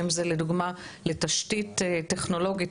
אם זה לדוגמה לתשתית טכנולוגית,